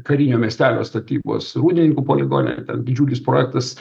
karinio miestelio statybos rūdninkų poligone didžiulis projektas